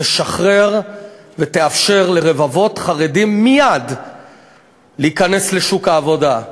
תשחרר ותאפשר לרבבות חרדים מייד להיכנס לשוק העבודה.